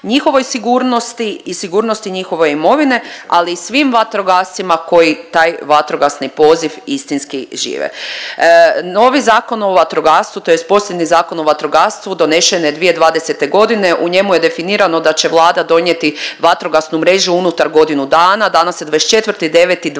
njihovoj sigurnosti i sigurnosti njihove imovine ali i svim vatrogascima koji taj vatrogasni poziv istinski žive. Novi Zakon o vatrogastvu tj. posljednji Zakon o vatrogastvu donesen je 2020. godine, u njemu je definirano da će Vlada donijeti vatrogasnu mrežu unutar godinu dana. Danas je 24.09.2024.